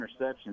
interceptions